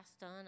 done